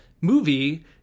movie